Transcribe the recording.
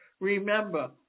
remember